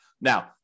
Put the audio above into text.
Now